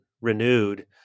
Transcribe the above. renewed